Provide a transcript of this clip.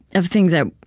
of things that,